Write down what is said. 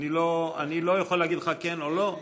אני לא יכול להגיד לך כן או לא,